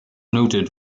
noted